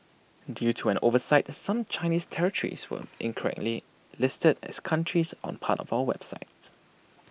due to an oversight some Chinese territories were incorrectly listed as countries on parts of our website